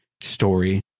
story